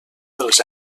dels